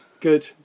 Good